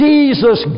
Jesus